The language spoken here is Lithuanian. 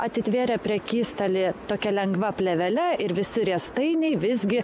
atitvėrė prekystalį tokia lengva plėvele ir visi riestainiai visgi